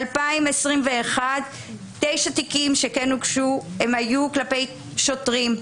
ב-2021 תשעה תיקים שכן הוגשו היו כלפי שוטרים,